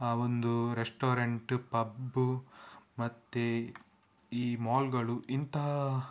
ಆ ಒಂದು restaurant pub ಮತ್ತು ಈ ಮಾಲ್ಗಳು ಇಂತಹ